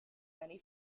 many